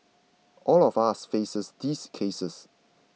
all of us faces these cases